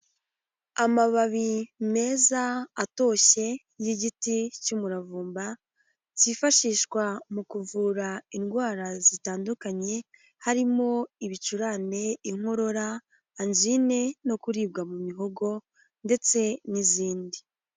Amababi meza atoshye y'igiti cy'umuravumba, kifashishwa mu kuvura indwara zitandukanye, harimo ibicurane, inkorora, anjine no kuribwa mu mihogo ndetse n'izindi.